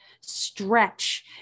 stretch